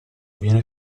viene